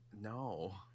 No